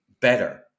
better